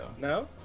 No